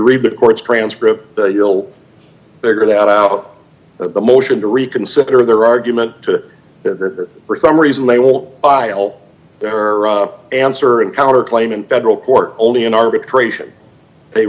read the court's transcript you'll figure that out of the motion to reconsider their argument to there for some reason they won't file there are answer and counter claim in federal court only in arbitration they